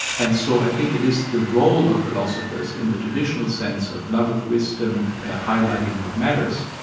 and so i think it is the role of philosophers in the traditional sense of love of wisdom highlighting what matters,